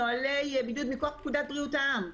נוהלי בידוד מכוח פקודת בריאות העם.